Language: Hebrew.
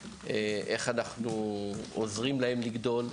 איך אנחנו עוזרים להם לגדול,